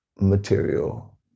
material